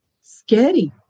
scary